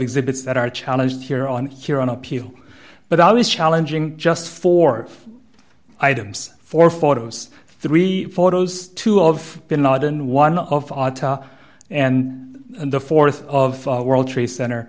exhibits that are challenged here on here on appeal but always challenging just for items for photos three photos two of bin laden one of and the th of world trade cent